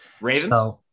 Ravens